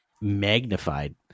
magnified